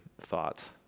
thought